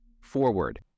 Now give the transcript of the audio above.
Forward